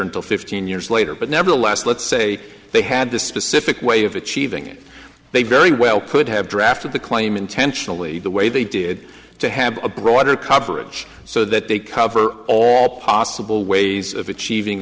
until fifteen years later but nevertheless let's say they had this specific way of achieving it they very well could have drafted the claim intentionally the way they did to have a broader coverage so that they cover all possible ways of achieving